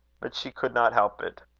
but she could not help it.